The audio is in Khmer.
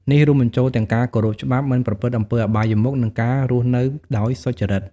នេះរួមបញ្ចូលទាំងការគោរពច្បាប់ មិនប្រព្រឹត្តអំពើអបាយមុខ និងការរស់នៅដោយសុចរិត។